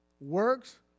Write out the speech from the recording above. Works